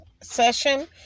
session